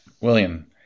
William